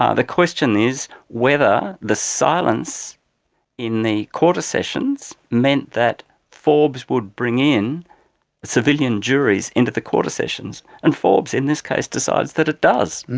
ah the question is whether the silence in the quarter sessions meant that forbes would bring in civilian juries into the quarter sessions, and forbes in this case decides that it does.